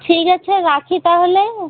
ঠিক আছে রাখি তাহলে